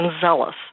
Zealous